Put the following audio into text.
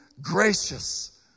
gracious